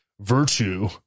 virtue